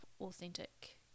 authentic